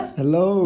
hello